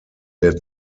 der